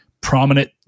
prominent